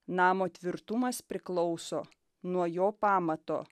namo tvirtumas priklauso nuo jo pamato